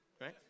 right